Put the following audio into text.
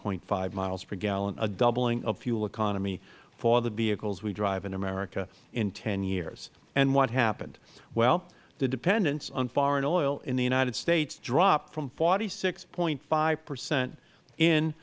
five miles per gallon a doubling of fuel economy for the vehicles we drive in america in ten years and what happened well the dependence on foreign oil in the united states dropped from forty six point five percent in